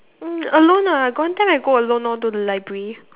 oh alone ah got one time I go alone lor to the library